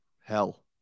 Hell